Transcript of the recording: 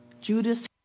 Judas